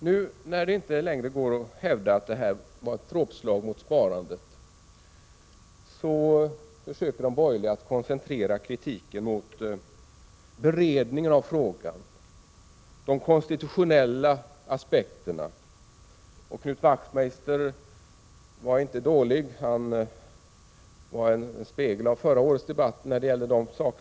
Nu när det inte längre går att hävda att engångsskatten var ett dråpslag mot sparandet, försöker de borgerliga koncentrera kritiken mot beredningen av frågan, de konstitutionella aspekterna. Knut Wachtmeister var inte dålig. Han var en spegel av förra årets debatt om dessa saker.